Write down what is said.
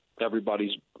everybody's –